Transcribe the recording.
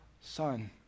son